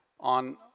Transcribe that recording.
on